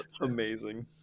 Amazing